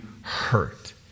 hurt